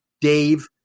Dave